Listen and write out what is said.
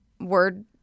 word-